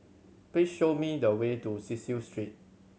please show me the way to Cecil Street